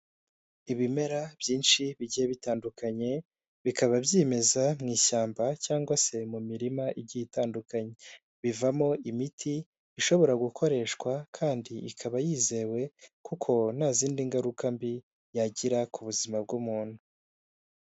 Ibimera byinshi bigiye bitandukanye bikaba byimeza mu ishyamba cyangwa se mu mirima igiye itandukanye, bivamo imiti ishobora gukoreshwa kandi ikaba yizewe kuko nta zindi ngaruka mbi yagira ku buzima bw'umuntu.